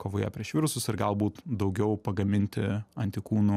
kovoje prieš virusus ir galbūt daugiau pagaminti antikūnų